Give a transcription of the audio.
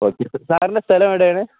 okay sir സ്ഥലം എേടെയണാണ്